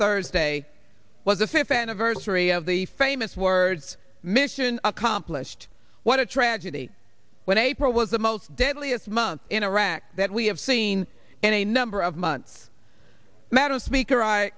thursday was the fifth anniversary of the famous words mission accomplished what a tragedy when april was the most deadliest month in iraq that we have seen in a number of months madam speaker i